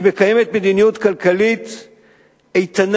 והיא מקיימת מדיניות כלכלית איתנה,